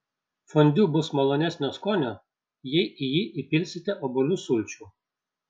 fondiu bus malonesnio skonio jei į jį įpilsite obuolių sulčių